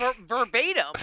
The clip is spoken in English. verbatim